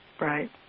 right